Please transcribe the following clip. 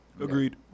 Agreed